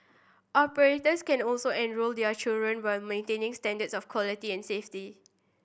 operators can also enrol their children while maintaining standards of quality and safety